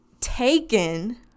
taken